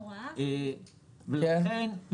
ולכן,